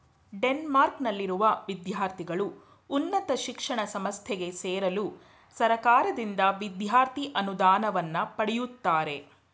ಡೆನ್ಮಾರ್ಕ್ನಲ್ಲಿರುವ ವಿದ್ಯಾರ್ಥಿಗಳು ಉನ್ನತ ಶಿಕ್ಷಣ ಸಂಸ್ಥೆಗೆ ಸೇರಲು ಸರ್ಕಾರದಿಂದ ವಿದ್ಯಾರ್ಥಿ ಅನುದಾನವನ್ನ ಪಡೆಯುತ್ತಾರೆ